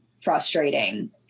frustrating